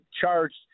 charged